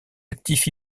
actifs